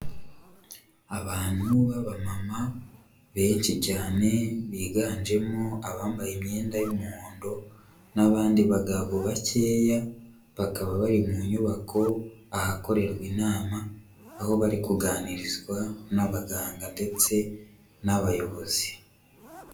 Abantu b'abamama benshi cyane biganjemo abambaye imyenda y'umuhondo n'abandi bagabo bakeya, bakaba bari mu nyubako ahakorerwa inama aho bari kuganirizwa n'abaganga ndetse n'abayobozi.